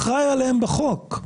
אחראי עליהם בחוק.